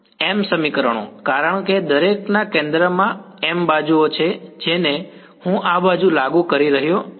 m સમીકરણો કારણ કે દરેકના કેન્દ્રમાં m બાજુઓ છે જેને હું આ બાજુ લાગુ કરી રહ્યો છું